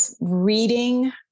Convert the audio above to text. reading